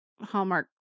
Hallmark